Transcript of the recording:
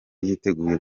yiteguye